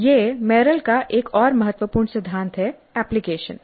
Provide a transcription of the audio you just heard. यह मेरिल का एक और महत्वपूर्ण सिद्धांत है एप्लीकेशन